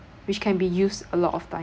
which can be used a lot of times